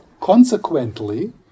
Consequently